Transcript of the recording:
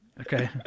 Okay